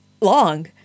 long